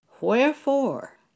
Wherefore